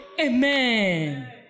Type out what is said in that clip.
Amen